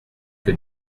que